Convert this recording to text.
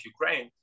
Ukraine